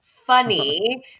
funny